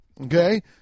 Okay